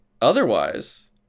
Otherwise